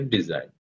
Design